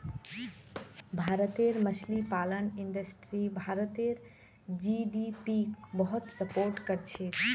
भारतेर मछली पालन इंडस्ट्री भारतेर जीडीपीक बहुत सपोर्ट करछेक